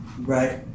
Right